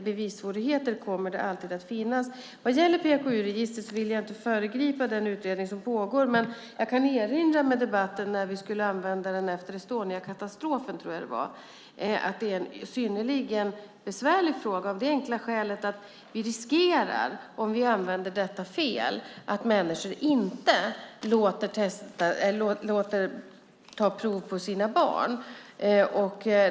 Bevissvårigheter kommer det dock alltid att finnas. Vad gäller PKU-registret vill jag inte föregripa den utredning som pågår. Jag kan dock erinra mig debatten när vi skulle använda det efter Estoniakatastrofen. Det är en synnerligen besvärlig fråga av det enkla skälet att om vi använder det fel riskerar vi att människor inte låter ta prov på sina barn.